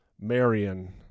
Marion